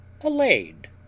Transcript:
allayed